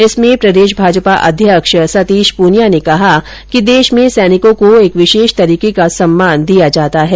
इसमें प्रदेश भाजपा अध्यक्ष सतीश प्रनियां ने कहा कि देश में सैनिकों को एक विशेष तरीके का सम्मान दिया जाता है